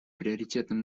приоритетным